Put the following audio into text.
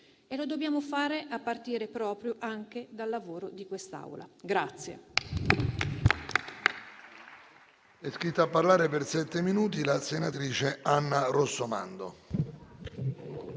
e lo dobbiamo fare a partire proprio anche dal lavoro di quest'Assemblea.